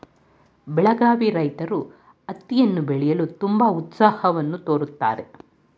ಬೆಳಗಾವಿ ರೈತ್ರು ಹತ್ತಿಯನ್ನು ಬೆಳೆಯಲು ತುಂಬಾ ಉತ್ಸಾಹವನ್ನು ತೋರುತ್ತಾರೆ